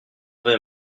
vais